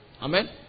Amen